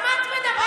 על מה את מדברת?